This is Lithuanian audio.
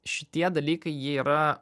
šitie dalykai jie yra